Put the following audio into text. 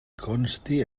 consti